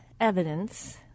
evidence